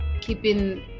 keeping